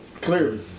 Clearly